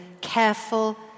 careful